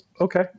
okay